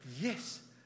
yes